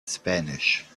spanish